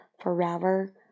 forever